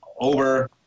over